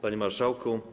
Panie Marszałku!